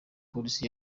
polisi